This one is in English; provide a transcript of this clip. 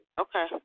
Okay